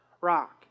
rock